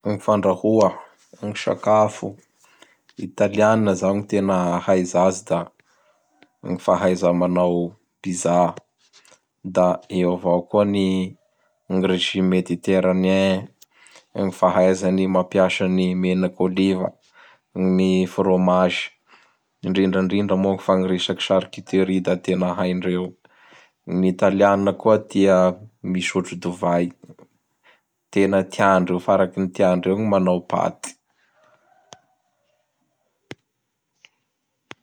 Gny fandrahoa gn sakafo Italianina zao gn ahaiza azy da: gn fahaiza manao Pizza; da eo avao ny ny rezime mediteranien, gn fahaizany mampiasa menaky oliva, gn ny frômazy. Indrindra indrindra moa fa gny resaky charcuterie da tena haindreo io. Gn'Italianina koa tia misotro dovay. Tena tiandreo faraky ny tiandreo gn ny manao paty.